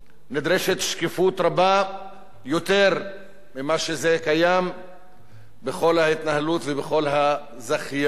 נדרשת שקיפות רבה יותר ממה שקיים בכל ההתנהלות ובכל הזכיינות.